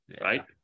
right